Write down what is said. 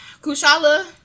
Kushala